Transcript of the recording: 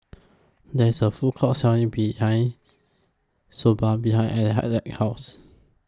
There IS A Food Court Selling behind Soba behind Alec Alec's House